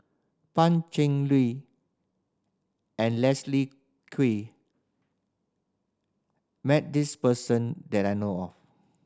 Pan Cheng Lui and Leslie Kee met this person that I know of